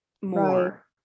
more